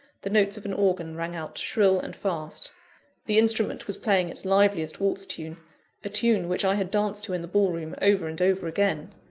the notes of an organ rang out shrill and fast the instrument was playing its liveliest waltz tune a tune which i had danced to in the ball-room over and over again.